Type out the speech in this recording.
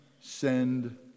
send